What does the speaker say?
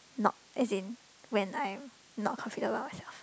not as in when I'm not confident about myself